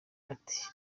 ati